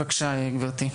בבקשה, גבירתי.